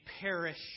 perish